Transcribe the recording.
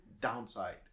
downside